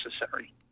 necessary